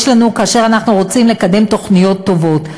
לנו כאשר אנחנו רוצים לקדם תוכניות טובות.